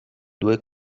due